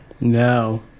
No